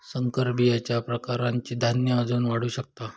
संकर बीजच्या प्रकारांनी धान्य अजून वाढू शकता